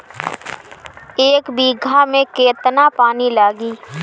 एक बिगहा में केतना पानी लागी?